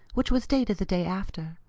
which was dated the day after.